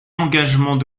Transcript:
engagements